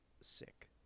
sick